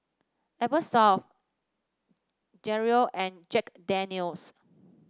Eversoft Gelare and Jack Daniel's